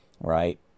Right